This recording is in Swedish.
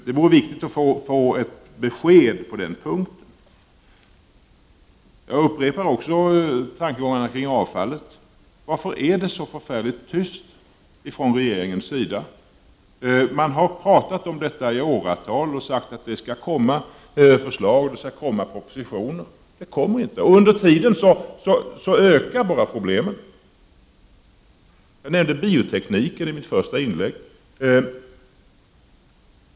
Det är viktigt att få ett besked på den punkten. Jag upprepar tankegångarna kring avfallet. Varför är det så förfärligt tyst från regeringens sida? Man har talat om detta i åratal och sagt att förslag, propositioner, skall komma. Men sådana kommer inte. Under tiden ökar bara problemen. Jag nämnde biotekniken i mitt första inlägg.